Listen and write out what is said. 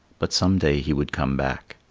but some day he would come back.